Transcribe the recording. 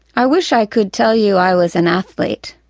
i wish i could tell you i was an athlete,